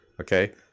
Okay